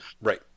right